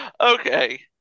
Okay